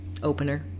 opener